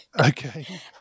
Okay